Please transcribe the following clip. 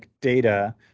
data